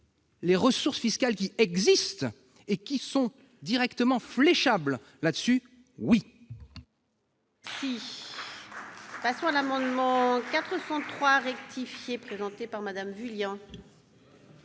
les ressources fiscales qui existent et qui sont directement fléchables en ces